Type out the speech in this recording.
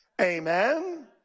Amen